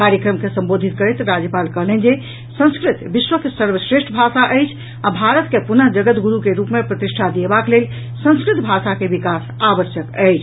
कार्यक्रम के संबोधित करतै राज्यपाल कहलनि जे संस्कृत विश्वक सर्वश्रेष्ठ भाषा अछि आ भारत के पुनः जगत गुरू के रूप मे प्रतिष्ठा दियेबाक लेल संस्कृत भाषा के विकास आवश्यक अछि